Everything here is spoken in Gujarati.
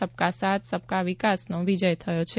સબકા સાથ સબકા વિકાસનો વિજય થયો છે